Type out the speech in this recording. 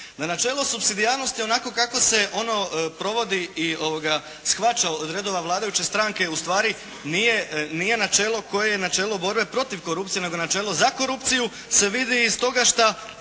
načelo subsidijarnosti onako kako se ono provodi i shvaća od redova vladajuće stranke ustvari nije načelo koje je načelo borbe protiv korupcije nego je načelo za korupciju se vidi iz toga što